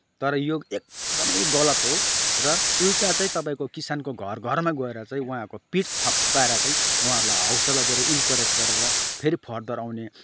तर यो एकदमै गलत हो र उल्टा चाहिँ तपाईँको किसानको घरघरमा गएर चाहिँ उहाँहरूको पिठ थपथपाएर चाहिँ उहाँहरूलाई हौसला दिएर इन्करेज गरेर फेरि फर्दर आउने